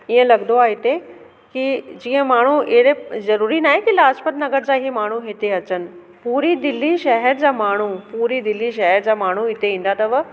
ईअं लॻंदो आहे हिते की जीअं माण्हू एड़े जरूरी न आहे की लाजपत नगर जा ई माण्हू हिते अचनि पूरी दिल्ली शहर जा माण्हू पूरी दिल्ली शहर जा माण्हू हिते ई ईंदा अथव